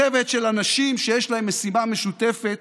צוות של אנשים שיש להם משימה משותפת,